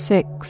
Six